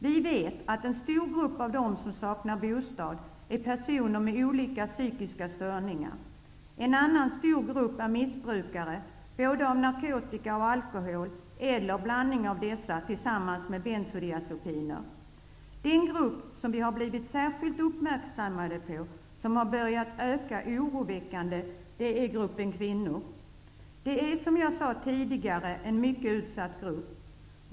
Vi vet att en stor grupp av dem som saknar bostad är personer med olika psykiska störningar. En annan stor grupp är missbrukare -- både av narkotika och alkohol och av en blandning av dessa tillsammans med bensodiazopiner. Den grupp som vi har blivit särskilt uppmärksammade på och som har börjat öka oroväckande är gruppen kvinnor. Det är, som jag sade tidigare, en mycket utsatt grupp.